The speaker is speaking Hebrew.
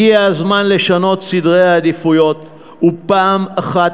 הגיע הזמן לשנות סדרי עדיפויות ופעם אחת